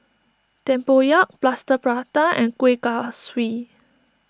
Tempoyak Plaster Prata and Kuih Kaswi